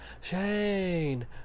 Shane